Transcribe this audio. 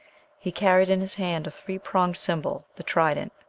he carried in his hand a three-pronged symbol, the trident,